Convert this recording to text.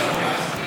לא